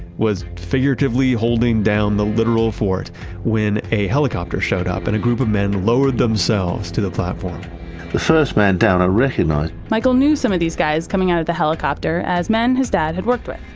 was figuratively holding down the literal fort when a helicopter showed up and a group of men lowered themselves to the platform the first man down, i recognized michael knew some of these guys coming out of the helicopter as men his dad had worked with.